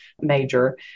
major